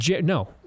No